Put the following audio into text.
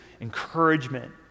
encouragement